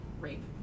rape